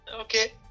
Okay